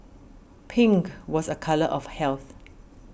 pink was a colour of health